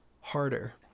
harder